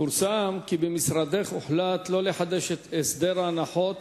פורסם כי במשרדך הוחלט שלא לחדש את הסדר ההנחות